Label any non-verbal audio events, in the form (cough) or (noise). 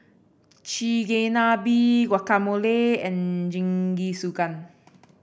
Chigenabe Guacamole and Jingisukan (noise)